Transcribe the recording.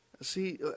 See